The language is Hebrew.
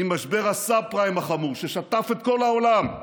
עם משבר הסאב-פריים החמור ששטף את כל העולם.